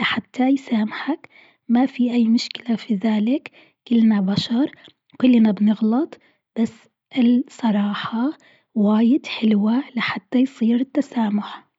لحتى يسامحك، ما في أي مشكلة في ذلك كلنا بشر وكلنا بنغلط بس الصراحة واجد حلوة لحتى يصير التسامح.